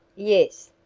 yes,